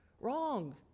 wrong